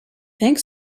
think